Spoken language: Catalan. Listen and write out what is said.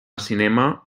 cinema